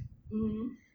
mmhmm